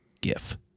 Gif